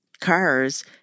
cars